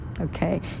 Okay